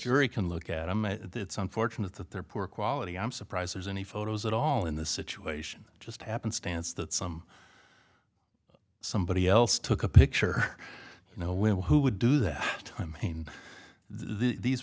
jury can look at them and it's unfortunate that they're poor quality i'm surprised there's any photos at all in the situation just happenstance that some somebody else took a picture you know women who would do that time i mean these